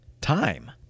time